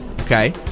Okay